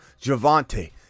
Javante